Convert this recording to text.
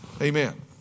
Amen